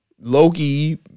Loki